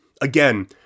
again